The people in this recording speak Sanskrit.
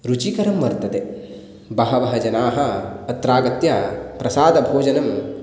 रुचिकरं वर्तते बहवः जनाः अत्र आगत्य प्रसादभोजनं